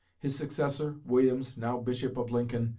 his successor, williams, now bishop of lincoln,